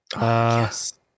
yes